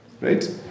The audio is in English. Right